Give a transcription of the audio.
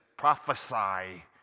prophesy